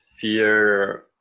fear